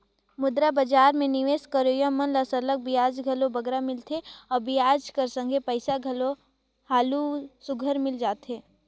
मुद्रा बजार में निवेस करोइया मन ल सरलग बियाज घलो बगरा मिलथे अउ बियाज कर संघे पइसा घलो हालु सुग्घर मिल जाथे